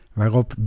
waarop